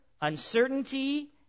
uncertainty